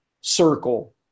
circle